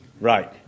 Right